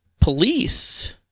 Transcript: police